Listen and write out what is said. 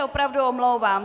Opravdu se omlouvám.